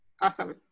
awesome